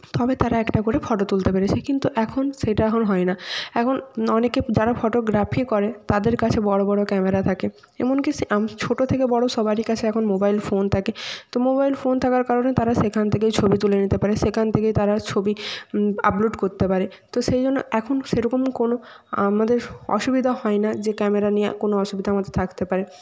তবে তারা একটা করে ফটো তুলতে পেরেছে কিন্তু এখন সেটা এখন হয় না এখন অনেকে যারা ফটোগ্রাফি করে তাদের কাছে বড়ো বড়ো ক্যামেরা থাকে এমনকি সে আম ছোটো থেকে বড়ো সবারই কাছে এখন মোবাইল ফোন থাকে তো মোবাইল ফোন থাকার কারণে তারা সেখান থেকেই ছবি তুলে নিতে পারে সেখান থেকেই তারা ছবি আপলোড করতে পারে তো সেই জন্য এখন সেরকম কোনো আমাদের অসুবিধা হয় না যে ক্যামেরা নিয়ে কোনো অসুবিধা আমাদের থাকতে পারে